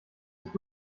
ist